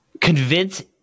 Convince